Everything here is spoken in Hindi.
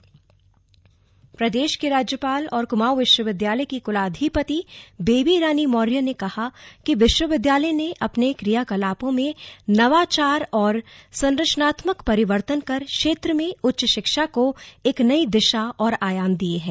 स्लग दीक्षांत समारोह प्रदेश की राज्यपाल और कुमाऊं विश्वविद्यालय की कुलाधिपति बेबी रानी मौर्य ने कहा कि विश्वविद्यालय ने अपने क्रियाकलापों में नवाचार और संरचनात्मक परिवर्तन कर क्षेत्र में उच्च शिक्षा को एक नई दिशा और आयाम दिये हैं